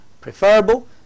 preferable